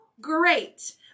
great